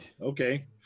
Okay